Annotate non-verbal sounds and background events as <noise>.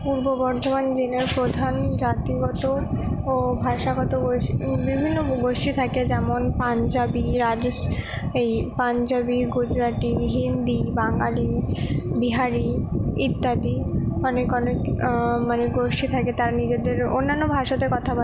পূর্ব বর্ধমান জেলার প্রধান জাতিগত ও ভাষাগত <unintelligible> বিভিন্ন গোষ্ঠী থাকে যেমন পাঞ্জাবি রাজস এই পাঞ্জাবি গুজরাটি হিন্দি বাঙালি বিহারি ইত্যাদি অনেক অনেক মানে গোষ্ঠী থাকে তারা নিজেদের অন্যান্য ভাষাতে কথা বলে